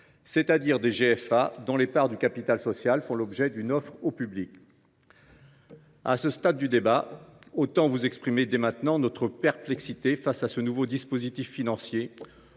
c’est à dire des GFA dont les parts du capital social font l’objet d’une offre au public. Je souhaite exprimer dès à présent notre perplexité face à ce nouveau dispositif financier.